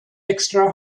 extra